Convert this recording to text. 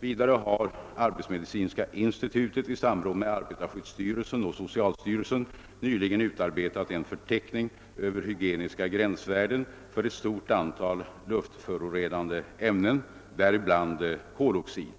Vidare har arbetsmedicinska institutet i samråd med arbetarskyddsstyrelsen och socialstyrelsen nyligen utarbetat en förteckning över hygieniska gränsvärden för ett stort antal luftförorenande ämnen, däribland koloxid.